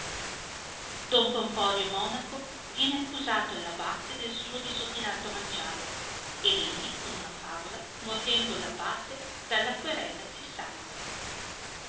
dalla i don pomporio monaco viene accusato all'abbate del suo disordinato mangiare ed egli con una favola mordendo l abbate dalla querela si salva